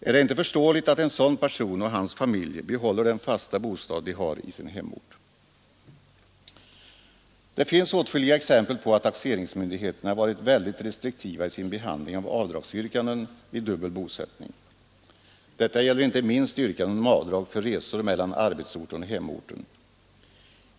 Är det inte förståeligt att en sådan person och hans familj behåller den fasta bostad de har i sin hemort? Det finns åtskilliga exempel på att taxeringsmyndigheterna varit väldigt restriktiva i sin behandling av avdragsyrkanden vid dubbel bosättning. Detta gäller inte minst yrkanden om avdrag för resor mellan arbetsorten och hemorten.